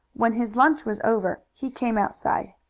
when his lunch was over he came outside.